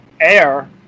air